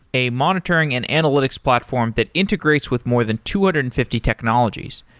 a monitor ing and analytics platform that integrates with more than two hundred and fifty technologies,